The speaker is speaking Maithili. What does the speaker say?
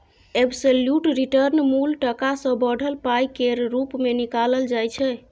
एबसोल्युट रिटर्न मुल टका सँ बढ़ल पाइ केर रुप मे निकालल जाइ छै